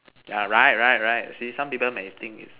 yeah right right right see some people may think is